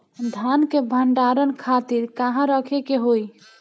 धान के भंडारन खातिर कहाँरखे के होई?